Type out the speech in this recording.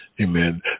amen